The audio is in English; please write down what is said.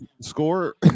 score